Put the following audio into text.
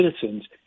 citizens